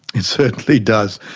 it certainly does.